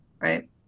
right